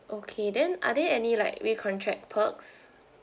okay then are there any like recontract perks